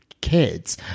kids